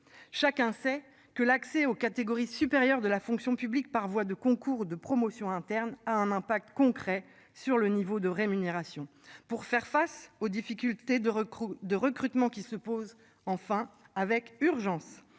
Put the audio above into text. chacun sait que l'accès aux catégories supérieures de la fonction publique, par voie de concours de promotion interne a un impact concret sur le niveau de rémunération pour faire face aux difficultés de recrutement de recrutement qui se posent, enfin avec urgence